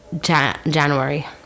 January